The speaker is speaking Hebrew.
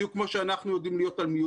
בדיוק כמו שאנחנו יודעים להיות על השתקה.